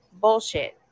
Bullshit